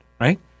right